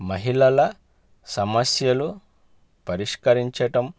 మహిళల సమస్యలు పరిష్కరించడము